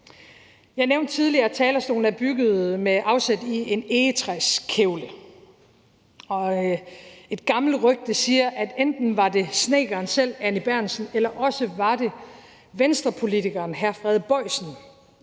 Jeg nævnte tidligere, at talerstolen er bygget med afsæt i en egetræskævle, og et gammelt rygte siger, at det enten var snedkeren selv, Anny Berntsen, eller Venstrepolitikeren hr. Frede Bojsen,